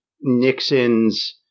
Nixon's